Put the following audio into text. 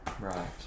Right